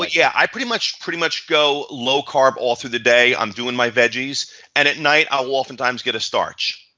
but yeah, i pretty much pretty much go low carb all through the day. i'm doing my veggies and at night, i'll oftentimes get a starch.